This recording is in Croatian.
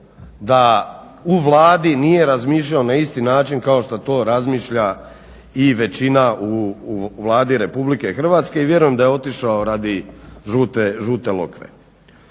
da u Vladi nije razmišljao na isti način kao što to razmišlja i većina u Vladi Republike Hrvatske i vjerujem da je otišao radi Žute Lokve.